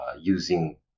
using